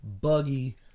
Buggy